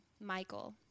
Michael